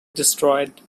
destroyed